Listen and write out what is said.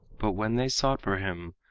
but when they sought for him,